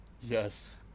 Yes